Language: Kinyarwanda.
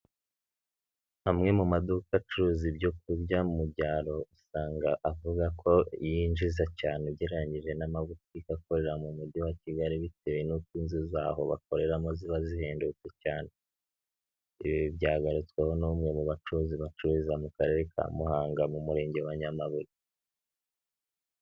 Amwe mu maduka acuruza ibyo kurya mu byaro usanga avuga ko yinjiza cyane ugereranyije n'amabutike akorera mu mujyi wa kigali bitewe n'bzu zaho bakoreramo ziba zihendutse cyane. Ibi byagarutsweho n'umwe mu bacuruzi bacururiza mu karere ka Muhanga mu murenge wa Nyamabuye